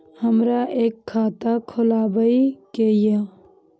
हमरा एक खाता खोलाबई के ये?